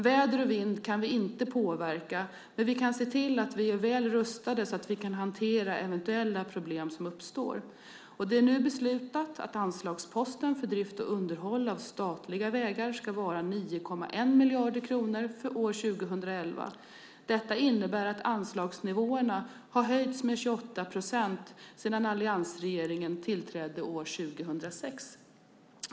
Väder och vind kan vi inte påverka men vi kan se till att vi är väl rustade så att vi kan hantera eventuella problem som uppstår. Det är nu beslutat att anslagsposten för drift och underhåll av statliga vägar ska vara 9,1 miljarder kronor för år 2011. Detta innebär att anslagsnivåerna har höjts med 28 procent sedan alliansregeringen tillträdde år 2006.